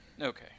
Okay